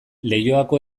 leioako